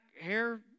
hair